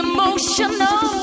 Emotional